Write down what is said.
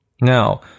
Now